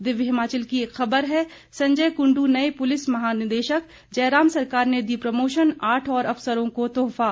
दिव्य हिमाचल की एक खबर है संजय कुंडू नए पुलिस महानिदेशक जयराम सरकार ने दी प्रोमोशन आठ और अफसरों को तोहफा